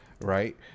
right